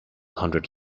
hundred